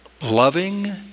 loving